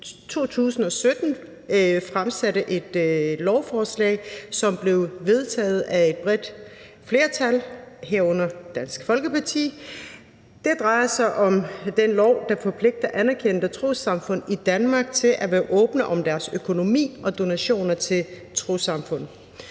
2017 fremsatte et lovforslag, som blev vedtaget af et bredt flertal, herunder Dansk Folkeparti. Det drejer sig om den lov, der forpligter anerkendte trossamfund i Danmark til at være åbne om deres økonomi og donationer til trossamfund.